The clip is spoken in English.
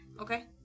Okay